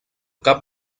cap